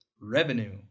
Revenue